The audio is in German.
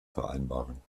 vereinbaren